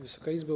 Wysoka Izbo!